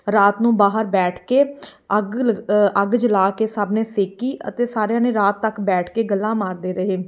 ਰਾਤ ਨੂੰ ਬਾਹਰ ਬੈਠ ਕੇ ਅੱਗ ਲ ਅੱਗ ਜਲਾ ਕੇ ਸਭ ਨੇ ਸੇਕੀ ਅਤੇ ਸਾਰਿਆਂ ਨੇ ਰਾਤ ਤੱਕ ਬੈਠ ਕੇ ਗੱਲਾਂ ਮਾਰਦੇ ਰਹੇ